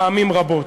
פעמים רבות.